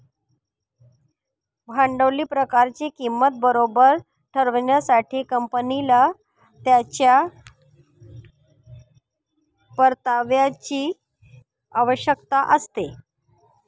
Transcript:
भांडवली प्रकल्पाची किंमत बरोबर ठरविण्यासाठी, कंपनीला त्याच्या परताव्याची आवश्यकता असते